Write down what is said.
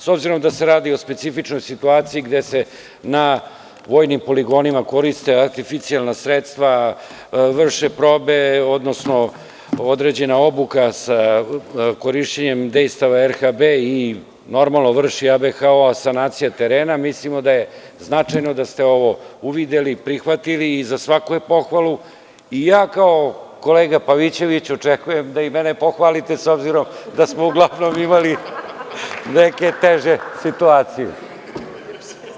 S obzirom da se radi o specifičnoj situaciji gde se na vojnim poligonima koriste artificijalna sredstva, koja vrše probe, odnosno određena obuka sa korišćenjem dejstava RHB i normalno vrši ABH sanacija terena, mislimo da je značajno da ste ovo uvideli i prihvatili i za svaku je pohvalu i ja kao kolega Pavićević, očekujem da i mene pohvalite, s obzirom da smo uglavnom imali neke teže situacije.